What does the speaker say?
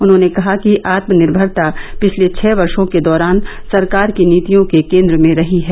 उन्होंने कहा कि आत्मनिर्भरता पिछले छह वर्षो के दौरान सरकार की नीतियों के केन्द्र में रही है